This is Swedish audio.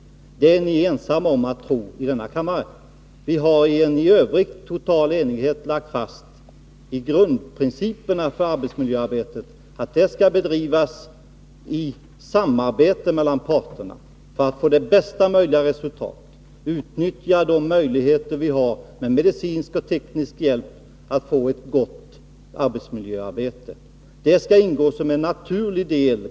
Det är ni ensamma om att tro i denna kammare. Vi har i övrigt i total enighet lagt fast grundprinciperna för arbetsmiljöarbetet: Det skall bedrivas i samarbete mellan parterna för att få bästa möjliga resultat. Vi skall utnyttja de möjligheter vi har med medicinsk och teknisk hjälp för att få ett gott arbetsmiljöarbete.